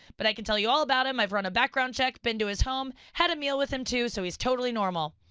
but i can tell you all about him, i've run a background check, been to his home, had a meal with him too so he's totally normal.